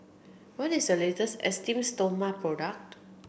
what is the latest Esteem Stoma product